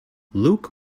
luke